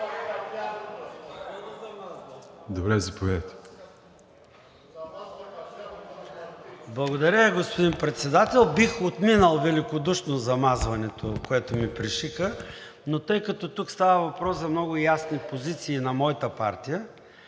ЦОНЕВ (ДПС): Благодаря, господин Председател. Бих отминал великодушно замазването, което ми пришиха, но тъй като тук става въпрос за много ясни позиции на моята партия,